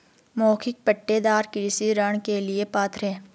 मौखिक पट्टेदार कृषि ऋण के लिए पात्र हैं